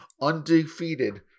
undefeated